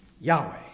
Yahweh